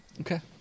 Okay